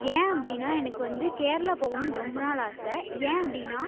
ஏன் அப்படின்னா எனக்கு வந்து கேரளா போகணுன்னு ரொம்ப நாள் ஆசை ஏன் அப்படின்னா